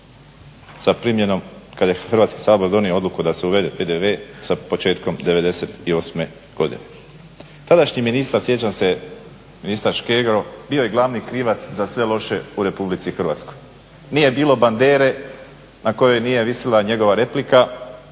sa primjenom kada je Hrvatski sabor donio odluku da se uvede PDV sa početkom '98.godine. Tadašnji ministar sjećam se ministar Škegro bio je glavni krivac za sve loše u RH. nije bilo bandere na kojoj nije visila njegova replika,